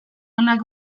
onak